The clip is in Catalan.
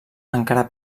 encara